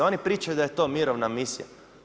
Oni pričaju da je to mirovna misija.